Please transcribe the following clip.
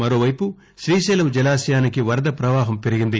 మరోవైపు శ్రీశైలం జలాశయానికి వరద ప్రపాహం పెరిగింది